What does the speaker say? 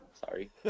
sorry